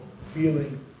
feeling